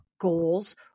Goals